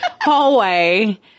hallway